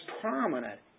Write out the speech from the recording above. prominent